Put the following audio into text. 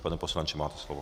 Pane poslanče, máte slovo.